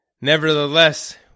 Nevertheless